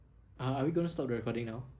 ah are we going to stop the recording now